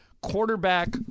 quarterback